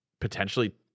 potentially